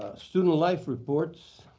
student life reports,